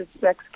sex